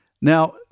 Now